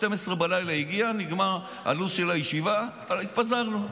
ב-24:00 הוא הגיע, נגמר הלו"ז של הישיבה והתפזרנו.